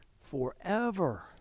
forever